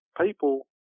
People